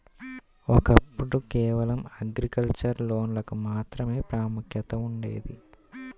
ఒకప్పుడు కేవలం అగ్రికల్చర్ లోన్లకు మాత్రమే ప్రాముఖ్యత ఉండేది